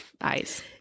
eyes